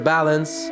Balance